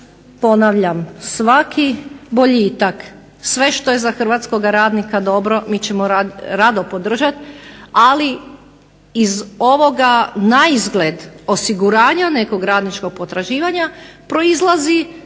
ponavljam svaki boljitak, sve što je za hrvatskog radnika dobro mi ćemo rado podržati. Ali iz ovoga naizgled osiguranja nekog radničkog potraživanja proizlazi